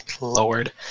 Lord